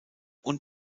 und